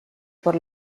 por